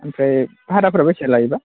ओमफ्राय भाराफोरा बेसे लायो